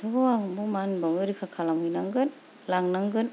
दाथ' आं मा होनबावनो रैखा खालामहैनांगोन लांनांगोन